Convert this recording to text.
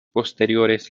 posteriores